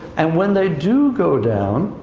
and when they do go down,